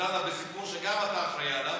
שדנה בסיפור שאתה אחראי גם עליו,